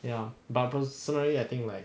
ya bubbles so many I think like